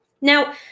Now